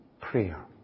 prayer